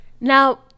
Now